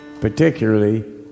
particularly